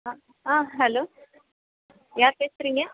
அ ஆ ஹலோ யார் பேசுகிறீங்க